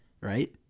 right